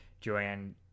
Joanne